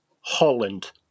Holland